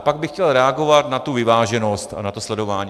Pak bych chtěl reagovat na tu vyváženost a na to sledování.